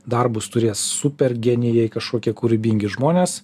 darbus turės super genijai kažkokie kūrybingi žmonės